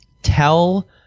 Tell